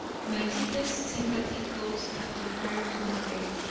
my deepest sympathy goes after her to the grave.